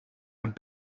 aan